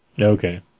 okay